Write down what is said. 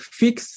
fix